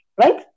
right